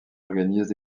organise